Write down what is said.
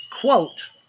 quote